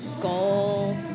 goal